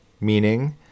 meaning